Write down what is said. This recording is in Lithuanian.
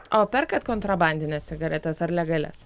o perkat kontrabandines cigaretes ar legalias